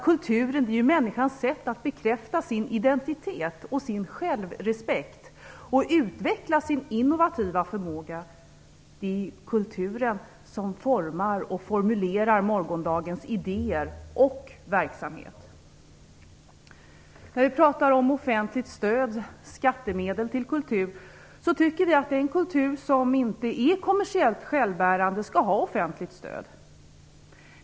Kulturen är ju människans sätt att bekräfta sin identitet, sin självrespekt och utveckla sin innovativa förmåga. Det är kulturen som formar och formulerar morgondagens idéer och verksamhet. När vi pratar om offentligt stöd, skattemedel, till kultur vill jag påpeka att vi tycker att den kultur som inte är kommersiellt självbärande skall ha offentligt stöd.